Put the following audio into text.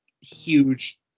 huge